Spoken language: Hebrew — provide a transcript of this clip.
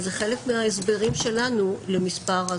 זה חלק מההסברים שלנו למספר.